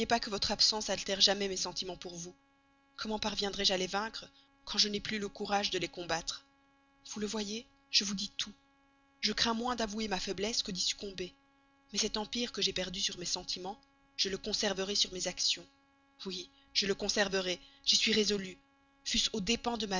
que votre absence altère jamais mes sentiments pour vous comment parviendrais je à les vaincre quand je n'ai plus le courage de les combattre vous le voyez je vous dis tout je crains moins d'avouer ma faiblesse que d'y succomber mais cet empire que j'ai perdu sur mes sentiments je le conserverai sur mes actions oui je le conserverai j'y suis résolue fût-ce aux dépens de